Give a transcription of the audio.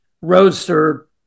Roadster